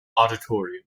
auditorium